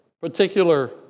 particular